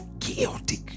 chaotic